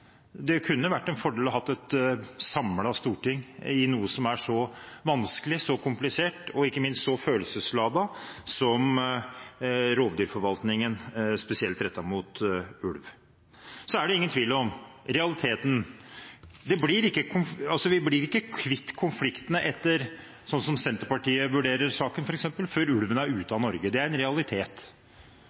Det kunne vært en fordel å ha et samlet storting i noe som er så vanskelig, så komplisert og ikke minst så følelsesladet som rovdyrforvaltningen, spesielt rettet mot ulv. Det er ingen tvil om realiteten. Vi blir ikke kvitt konfliktene, slik f.eks. Senterpartiet vurderer saken, før ulven er ute av Norge. Det er en realitet.